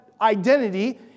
identity